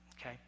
Okay